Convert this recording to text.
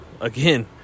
Again